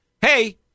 hey